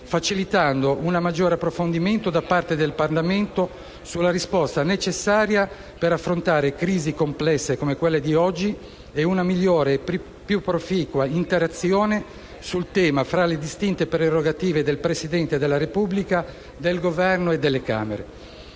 facilitando un maggiore approfondimento da parte del Parlamento sulla risposta necessaria per affrontare crisi complesse come quelle di oggi e una migliore e più proficua interazione sul tema fra le distinte prerogative del Presidente della Repubblica, del Governo e delle Camere.